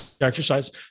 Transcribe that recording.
exercise